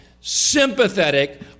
sympathetic